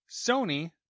Sony